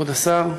כבוד השר,